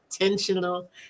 intentional